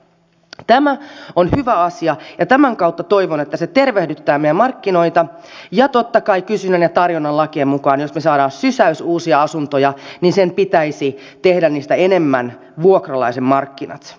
tämä on hyvä asia ja toivon että se tämän kautta tervehdyttää meidän markkinoitamme ja totta kai kysynnän ja tarjonnan lakien mukaan jos me saamme sysäyksen uusia asuntoja sen pitäisi tehdä niistä enemmän vuokralaisen markkinat